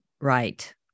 right